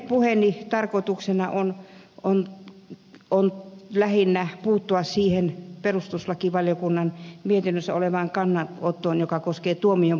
puheeni tarkoituksena on lähinnä puuttua siihen perustuslakivaliokunnan mietinnössä olevaan kannanottoon joka koskee tuomion purkamista